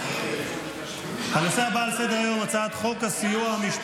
מה כן?